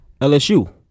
LSU